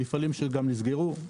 יש מפעלים שגם נסגרו,